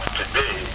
today